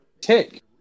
tick